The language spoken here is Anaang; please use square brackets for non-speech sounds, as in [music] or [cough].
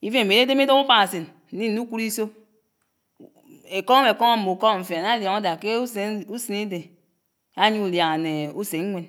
even am'idedme ídab ubákásen ñni ñnukud íso <. [hesitation] ékom ékom ammug'ukom fien ánalioñó dat kuseníde ányie uliaña né usen ñwen.